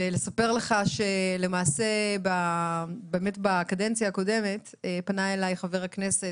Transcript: ולספר לך שלמעשה בקדנציה הקודמת פנה אליי חבר הכנסת,